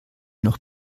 noch